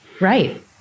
Right